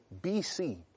BC